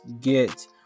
get